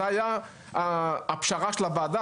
זו הייתה הפשרה של הוועדה,